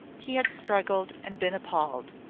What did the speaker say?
he had struggled and been appalled,